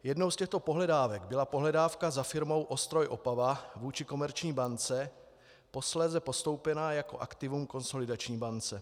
Jednou z těchto pohledávek byla pohledávka za firmou Ostroj Opava vůči Komerční bance, posléze postoupená jako aktivum Konsolidační bance.